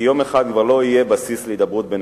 כי יום אחד כבר לא יהיה בסיס להידברות בינינו,